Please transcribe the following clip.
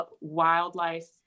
wildlife